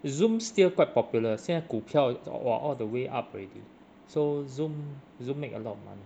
Zoom still quite popular 现在股票 !wah! all the way up already so Zoom Zoom make a lot of money